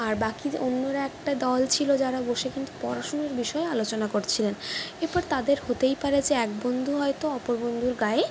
আর বাকি যে অন্যরা একটা দল ছিল যারা বসে কিন্তু পড়াশোনার বিষয়ে আলোচনা করছিলেন এরপর তাদের হতেই পারে যে এক বন্ধু হয়তো অপর বন্ধুর গায়ে